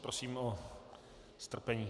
Prosím o strpení.